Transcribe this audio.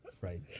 right